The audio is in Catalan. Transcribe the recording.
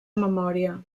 memòria